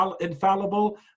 infallible